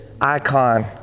icon